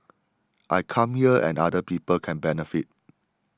I come here and other people can benefit